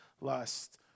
lust